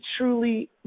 truly